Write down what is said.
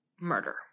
murder